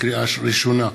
לקריאה ראשונה,